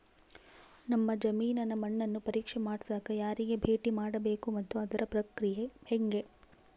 ನಮ್ಮ ಜಮೇನಿನ ಮಣ್ಣನ್ನು ಪರೇಕ್ಷೆ ಮಾಡ್ಸಕ ಯಾರಿಗೆ ಭೇಟಿ ಮಾಡಬೇಕು ಮತ್ತು ಅದರ ಪ್ರಕ್ರಿಯೆ ಹೆಂಗೆ?